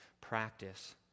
Practice